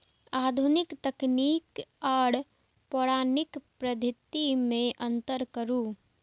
आधुनिक तकनीक आर पौराणिक पद्धति में अंतर करू?